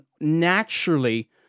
naturally